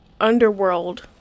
underworld